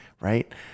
right